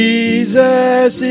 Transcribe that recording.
Jesus